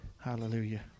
Hallelujah